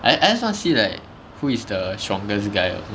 I I just want to see like who is the strongest guy